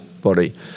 body